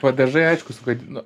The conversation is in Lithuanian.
padažai aišku sugadino